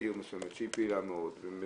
אומרת גן